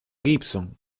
gibson